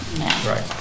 Right